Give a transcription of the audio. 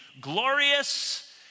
glorious